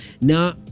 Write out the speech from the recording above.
now